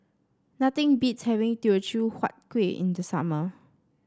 nothing beats having Teochew Huat Kueh in the summer